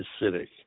acidic